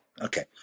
okay